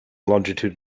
longitude